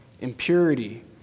impurity